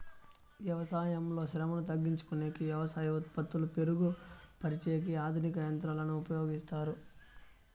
వ్యవసాయంలో శ్రమను తగ్గించుకొనేకి వ్యవసాయ ఉత్పత్తులు మెరుగు పరిచేకి ఆధునిక యంత్రాలను ఉపయోగిస్తారు